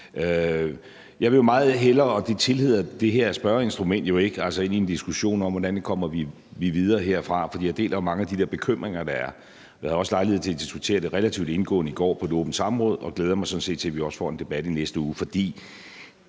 Jeg vil meget hellere – og det tillader det her spørgeinstrument jo ikke – ind i en diskussion om, hvordan vi kommer videre herfra, for jeg deler mange af de der bekymringer, der er. Jeg havde også lejlighed til at diskutere det relativt indgående i går på et åbent samråd og glæder mig sådan set til, at vi også får en debat i næste uge. For